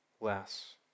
less